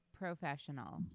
professional